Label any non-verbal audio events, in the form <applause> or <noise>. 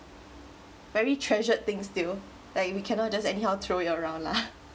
very treasured things still that you cannot just anyhow throw it around lah <laughs>